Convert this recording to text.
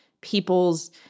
people's